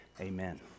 Amen